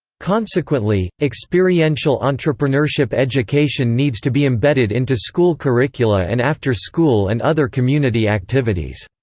consequently, experiential entrepreneurship education needs to be embedded into school curricula and after-school and other community activities.